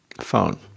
phone